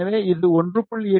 எனவே இது 1